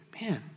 Man